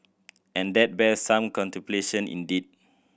and that bears some contemplation indeed